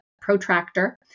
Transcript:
protractor